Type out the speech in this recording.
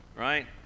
right